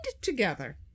together